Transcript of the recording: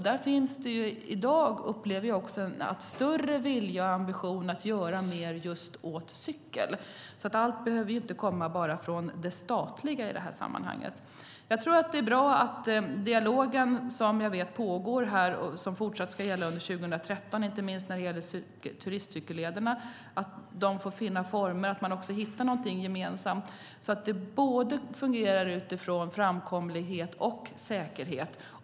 Där finns i dag, upplever jag, en allt större vilja och ambition att göra mer just vad gäller cykel. Allt behöver i det här sammanhanget inte komma från det statliga. Det är bra att dialogen pågår och fortsätter att pågå under 2013, inte minst vad gäller turistcykellederna så att de finner formerna och kan fungera utifrån framkomlighet och säkerhet.